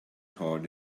toward